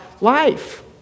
life